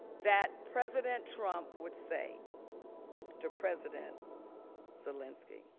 that president trump would say to president zelensky?